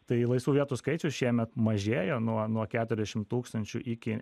tai laisvų vietų skaičius šiemet mažėjo nuo nuo keturiasdešim tūkstančių iki